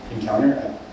encounter